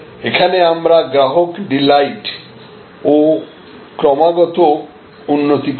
এখানে আমরা গ্রাহক ডিলাইট ও ক্রমাগত উন্নতি করি